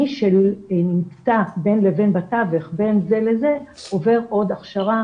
מי שנמצא בין לבין בתווך עובר עוד הכשרה